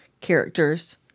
characters